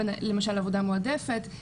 למשל עבודה מעודפת,